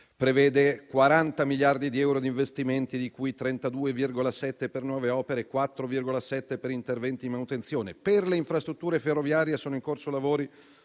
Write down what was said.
prevede 40 miliardi di euro di investimenti, di cui 32,7 per nove opere e 4,7 per interventi di manutenzione. Per le infrastrutture ferroviarie, sono in corso lavori